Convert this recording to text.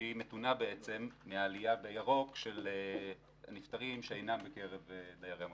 שהיא מתונה בעצם מהעלייה בירוק של נפטרים שאינם בקרב דיירי המוסדות.